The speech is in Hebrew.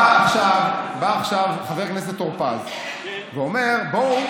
בא עכשיו חבר הכנסת טור פז ואומר: בואו,